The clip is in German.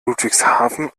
ludwigshafen